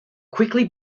quickly